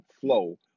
flow